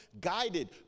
guided